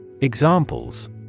Examples